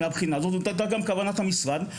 וזאת הייתה גם כוונת המשרד,